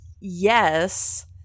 Yes